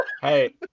Hey